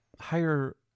higher